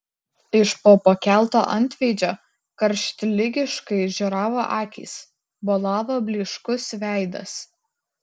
iš po pakelto antveidžio karštligiškai žioravo akys bolavo blyškus veidas